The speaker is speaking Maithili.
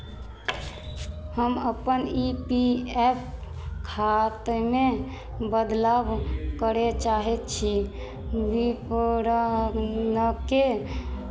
हम अपन ई पी एफ खातामे बदलाव करय चाहैत छी विवरणकेँ